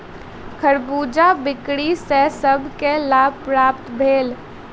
खरबूजा बिक्री सॅ सभ के लाभ प्राप्त भेल